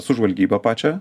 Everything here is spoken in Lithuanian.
su žvalgyba pačią